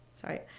sorry